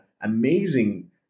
amazing